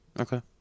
Okay